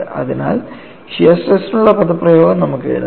അതിനാൽ ഷിയർ സ്ട്രെസ്നുള്ള പദപ്രയോഗം നമുക്ക് എഴുതാം